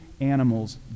animals